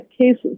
cases